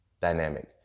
dynamic